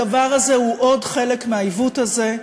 הדבר הזה הוא עוד חלק מהעיוות הזה.